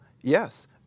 yes